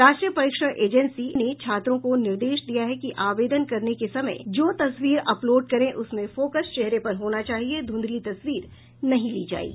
राष्ट्रीय परीक्षण एजेंसी ने छात्रों को निर्देश दिया है कि आवेदन करने के समय जो तस्वीर अपलोड करें उसमें फोकस चेहरे पर होना चाहिए धुंधली तस्वीर नहीं ली जायेगी